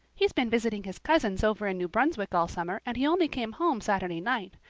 he's been visiting his cousins over in new brunswick all summer and he only came home saturday night.